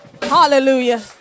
Hallelujah